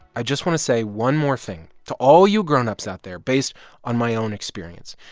i just want to say one more thing to all you grown-ups out there, based on my own experience.